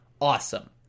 awesome